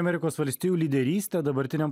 amerikos valstijų lyderystę dabartiniam